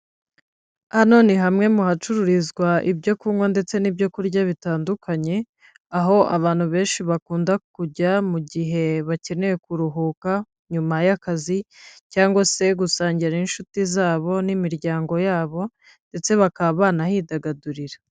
Hano ni hamwe mu hacururizwa ibyo kunywa ndetse n'ibyo kurya bitandukanye, aho abantu benshi bakunda kujya mu gihe bakeneye kuruhuka nyuma y'akazi cyangwa se gusangira n'inshuti zabo n'imiryango yabo ndetse bakaba banahidagadurira.